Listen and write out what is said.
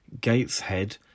gateshead